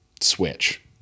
switch